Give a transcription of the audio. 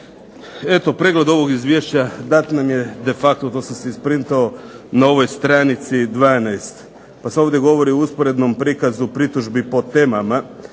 Eto pregledom ovog izvješća dat nam je de facto, to sam si isprintao, na ovoj stranici 12. pa se ovdje govori o usporednom prikazu pritužbi po temama,